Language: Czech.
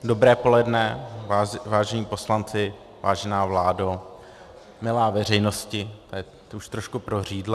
Dobré poledne, vážení poslanci, vážená vládo, milá veřejnosti, už trošku prořídlá.